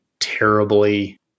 Terribly